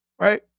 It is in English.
right